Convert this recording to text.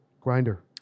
Grinder